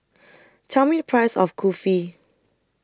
Tell Me The Price of Kulfi